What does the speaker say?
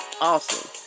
awesome